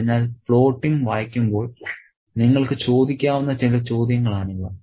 അതിനാൽ പ്ലോട്ടിംഗ് വായിക്കുമ്പോൾ നിങ്ങൾക്ക് ചോദിക്കാവുന്ന ചില ചോദ്യങ്ങളാണിവ